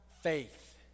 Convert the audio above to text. faith